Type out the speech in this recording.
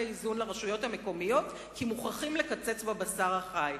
האיזון לרשויות המקומיות כי מוכרחים לקצץ בבשר החי?